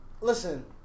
listen